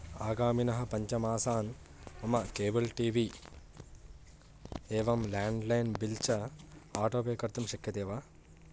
आगामिनः पञ्च मासान् मम केबल् टी वी एवं लेण्ड्लैन् बिल् च आटोपे कर्तुं शक्यते वा